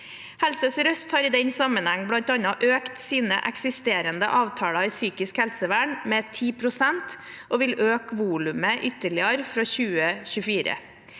den sammenheng bl.a. økt sine eksisterende avtaler i psykisk helsevern med 10 pst. og vil øke volumet ytterligere fra 2024.